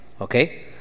Okay